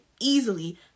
easily